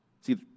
See